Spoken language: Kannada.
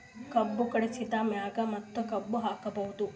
ಕಬ್ಬು ಕಟಾಸಿದ್ ಮ್ಯಾಗ ಮತ್ತ ಕಬ್ಬು ಹಾಕಬಹುದಾ?